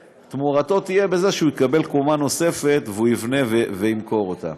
ותמורתו תהיה בזה שהוא יקבל קומה נוספת שהוא יבנה וימכור אותה.